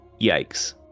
Yikes